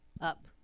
up